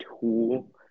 tool